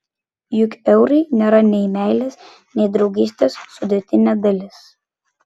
juk eurai nėra nei meilės nei draugystės sudėtinė dalis